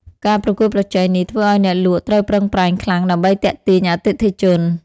ការប្រកួតប្រជែងនេះធ្វើឱ្យអ្នកលក់ត្រូវប្រឹងប្រែងខ្លាំងដើម្បីទាក់ទាញអតិថិជន។